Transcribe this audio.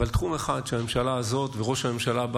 אבל תחום אחד, שראש הממשלה, הממשלה הזאת, אמר